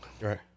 right